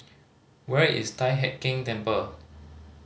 where is Tai Heck Keng Temple